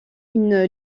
une